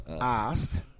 asked